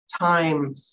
time